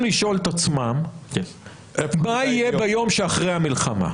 לשאול את עצמם מה יהיה ביום שאחרי המלחמה?